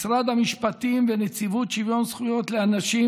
משרד המשפטים ונציבות שוויון זכויות לאנשים